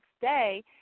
day